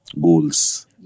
goals